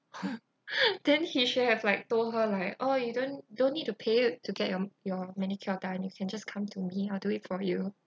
!huh! then he should have like told her like oh you don't don't need to pay to get your your manicure done you can just come to me I'll do it for you